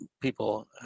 people